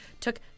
took